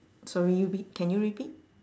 sorry we can you repeat